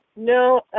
No